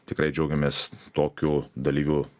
tikrai džiaugiamės tokiu dalyvių